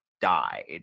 died